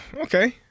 okay